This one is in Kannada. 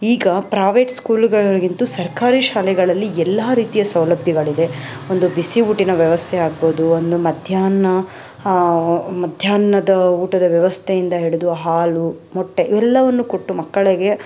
ಈಗ ಪ್ರಾವೇಟ್ ಸ್ಕೂಲುಗಳ್ಗಿಂತ ಸರ್ಕಾರಿ ಶಾಲೆಗಳಲ್ಲಿ ಎಲ್ಲ ರೀತಿಯ ಸೌಲಭ್ಯಗಳಿದೆ ಒಂದು ಬಿಸಿ ಊಟಿನ ವ್ಯವಸ್ಥೆ ಆಗ್ಬೋದು ಒಂದು ಮಧ್ಯಾಹ್ನ ಮಧ್ಯಾಹ್ನದ ಊಟದ ವ್ಯವಸ್ಥೆಯಿಂದ ಹಿಡಿದು ಹಾಲು ಮೊಟ್ಟೆ ಇವೆಲ್ಲವನ್ನೂ ಕೊಟ್ಟು ಮಕ್ಕಳಿಗೆ